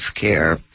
care